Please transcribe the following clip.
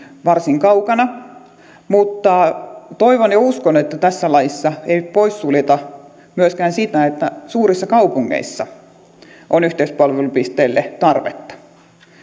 varsin kaukana mutta toivon ja uskon että tässä laissa ei poissuljeta myöskään sitä että suurissa kaupungeissa on yhteispalvelupisteille tarvetta